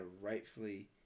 rightfully